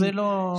זה לא קשור.